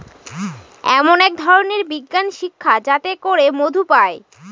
এমন এক ধরনের বিজ্ঞান শিক্ষা যাতে করে মধু পায়